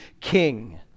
king